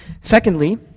Secondly